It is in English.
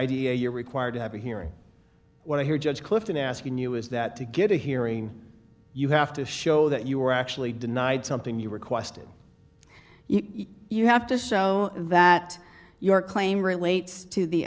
idea you're required to have a hearing what i hear judge clifton asking you is that to get a hearing you have to show that you were actually denied something you requested you have to show that your claim relates to the